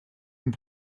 und